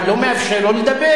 אתה לא מאפשר לו לדבר.